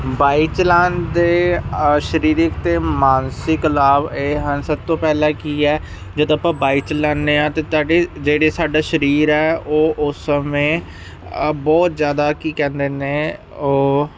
bike ਚਲਾਨ ਦੇ ਸਰੀਰਿਕ ਅਤੇ ਮਾਨਸਿਕ ਲਾਭ ਇਹ ਹਨ ਸਭ ਤੋਂ ਪਹਿਲਾਂ ਕੀ ਹੈ ਜਦੋਂ ਆਪਾਂ ਬਾਈਕ ਚਲਾਨੇ ਹਾਂ ਅਤੇ ਤੁਹਾਡੀ ਜਿਹੜੀ ਸਾਡਾ ਸਰੀਰ ਹੈ ਉਹ ਉਸ ਸਮੇਂ ਬਹੁਤ ਜ਼ਿਆਦਾ ਕੀ ਕਹਿੰਦੇ ਨੇ ਓ